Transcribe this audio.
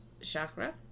chakra